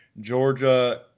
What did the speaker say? Georgia